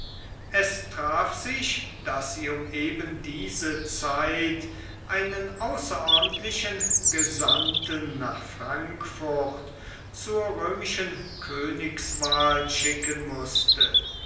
es traf sich daß sie um eben diese zeit einen außerordentlichen gesandten nach frankfurt zur römischen königswahl schicken mußte